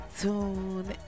tune